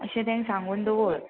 अशें तें सांगून दवर